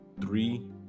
three